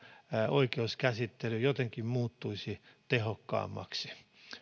oikeuskäsittely jotenkin muuttuisi tehokkaammaksi